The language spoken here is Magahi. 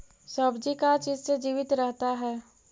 सब्जी का चीज से जीवित रहता है?